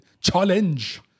Challenge